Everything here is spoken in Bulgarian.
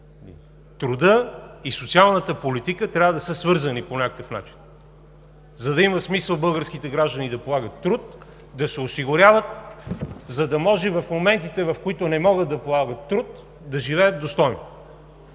Трудът и социалната политика трябва да са свързани по някакъв начин, за да има смисъл българските граждани да полагат труд, да се осигуряват, за да може в моментите, в които не могат да полагат труд, да живеят достойно.